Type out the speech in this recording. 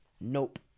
Nope